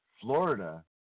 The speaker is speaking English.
Florida